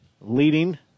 leading